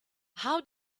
how